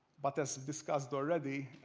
but as discussed already,